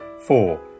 four